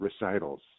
recitals